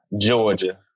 Georgia